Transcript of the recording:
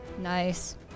Nice